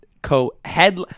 co-head